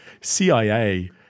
CIA